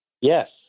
Yes